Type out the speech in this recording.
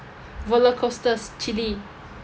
rollercoasters chilli